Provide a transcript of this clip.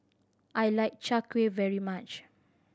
I like Chai Kueh very much